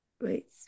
Wait